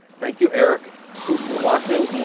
thank you, eric, if you're watching.